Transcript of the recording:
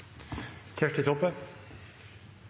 Kjersti Toppe